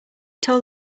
told